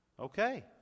Okay